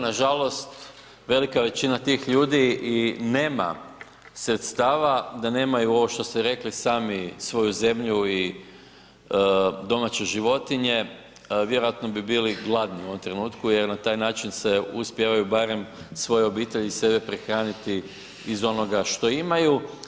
Nažalost, velika većina tih ljudi i nema sredstava da nemaju, ovo što ste rekli, sami svoju zemlju i domaće životinje vjerojatno bi bili gladni u ovom trenutku jer na taj način se uspijevaju barem svoje obitelji i sebe prehraniti iz onoga što imaju.